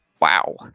wow